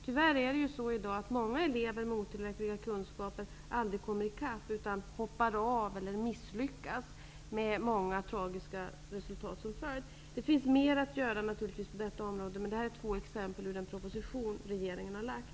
Tyvärr är det i dag många elever med otillräckliga kunskaper som aldrig kommer i kapp, utan de hoppar av eller misslyckas med många tragiska resultat som följd. Det finns naturligtvis mer att göra på detta område, men detta är två exempel ur den proposition som regeringen har lagt.